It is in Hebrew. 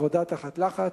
עבודה תחת לחץ,